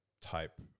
type